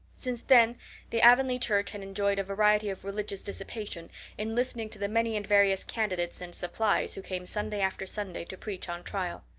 since then the avonlea church had enjoyed a variety of religious dissipation in listening to the many and various candidates and supplies who came sunday after sunday to preach on trial.